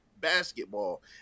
basketball